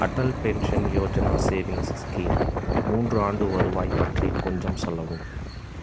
Atal pension Yojana savings scheme மூன்று ஆண்டு வருவாய் பற்றி கொஞ்சம் சொல்லவும்